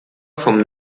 vom